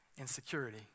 insecurity